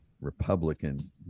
republican